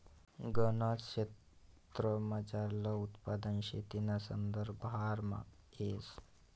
गनज क्षेत्रमझारलं उत्पन्न शेतीना संदर्भामा येस